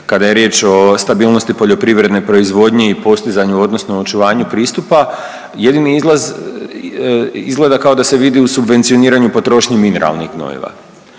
kada je riječ o stabilnosti poljoprivredne proizvodnje i postizanju, odnosno očuvanju pristupa, jedini izlaz izgleda kao da se vidi u subvencioniranju potrošnje mineralnih gnojiva.